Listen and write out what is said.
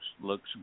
looks